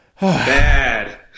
bad